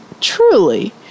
truly